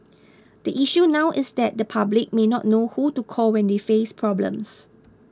the issue now is that the public may not know who to call when they face problems